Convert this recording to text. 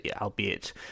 albeit